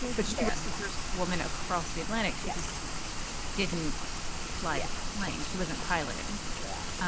but she was the first woman across the atlantic. she just didn't fly a plane. she wasn't piloting. yeah.